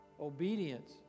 obedience